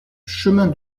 chemin